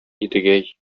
идегәй